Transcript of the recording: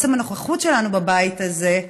עצם הנוכחות שלנו בבית הזה,